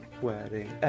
Wedding